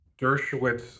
dershowitz